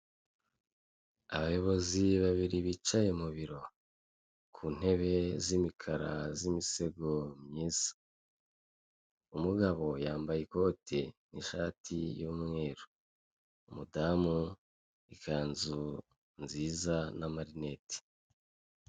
Abayobozi babiri bicaye mu biro ku ntebe z'imikara z'imisego myiza. Umugabo yambaye ikoti, ishati y'umweru, umudamu ikanzu nziza n'amarinete.